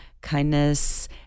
kindness